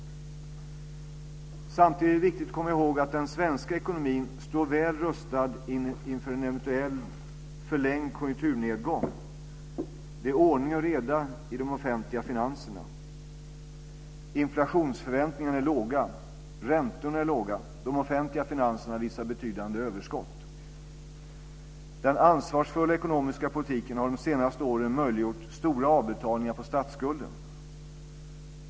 Samtidigt är det viktigt att komma ihåg att den svenska ekonomin står väl rustad inför en eventuell förlängd konjunkturnedgång. Det är ordning och reda i de offentliga finanserna. Inflationsförväntningarna är låga. Räntorna är låga. De offentliga finanserna visar betydande överskott. Den ansvarsfulla ekonomiska politiken har de senaste åren möjliggjort stora avbetalningar på statsskulden.